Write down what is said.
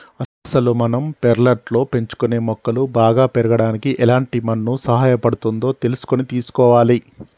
అసలు మనం పెర్లట్లో పెంచుకునే మొక్కలు బాగా పెరగడానికి ఎలాంటి మన్ను సహాయపడుతుందో తెలుసుకొని తీసుకోవాలి